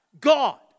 God